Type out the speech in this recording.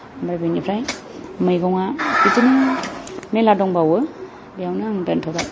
ओमफ्राय बेनिफ्राय मैगंआ बिदिनो मेल्ला दंबावो बेयावनो आं दोन्थ'बाय